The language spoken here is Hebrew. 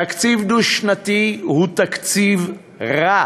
תקציב דו-שנתי הוא תקציב רע